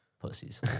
Pussies